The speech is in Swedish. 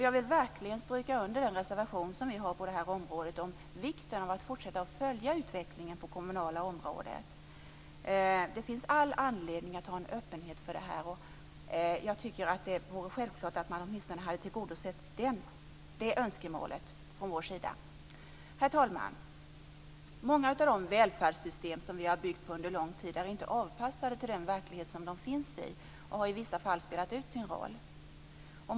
Jag vill verkligen stryka under den reservation som vi har på det här området om vikten av att fortsätta att följa utvecklingen på det kommunala området. Det finns all anledning att ha en öppenhet för det. Det borde ha varit självklart att man åtminstone hade tillgodosett det önskemålet från vår sida. Herr talman! Många av de välfärdssystem vi har byggt på under lång tid är inte avpassade till den verklighet de finns i och har i vissa fall spelat ut sin roll.